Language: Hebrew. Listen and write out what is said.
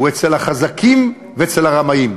הוא אצל החזקים ואצל הרמאים.